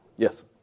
Yes